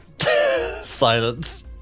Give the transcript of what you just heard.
Silence